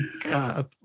God